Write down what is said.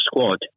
squad